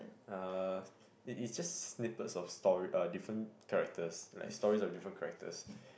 uh it is just snippets of story uh different characters like stories of different characters